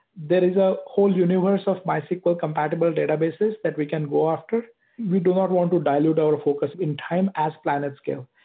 is a whole universe of mysql compatible databases that we can go after. we do not want to dilute our focus in time as planetscale.